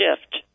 shift